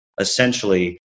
essentially